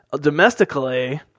domestically